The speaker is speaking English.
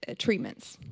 ah treatments.